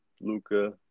Luca